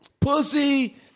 Pussy